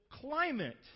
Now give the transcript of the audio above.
climate